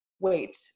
wait